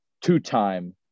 two-time